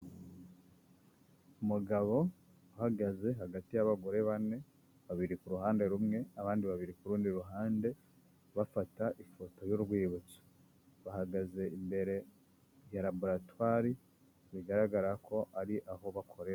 Umugabo uhagaze hagati y'abagore bane, babiri ku ruhande rumwe, abandi babiri ku rundi ruhande bafata ifoto y'urwibutso, bahagaze imbere ya laboratwari, bigaragara ko ari aho bakorera.